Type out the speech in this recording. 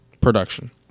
production